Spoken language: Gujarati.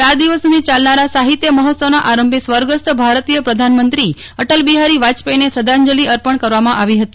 ચાર દિવસ સુધો ચાલનારા સાહિત્ય મહોત્સવના આરંભે સ્વગસ્થ ભારતીય પ્રધાનમંત્રો અટલ બિહારી વાજપાયીને શ્રઘ્ધાંજલી અર્પવામાં આવી હતી